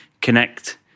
connect